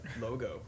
logo